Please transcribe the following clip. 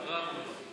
הרב.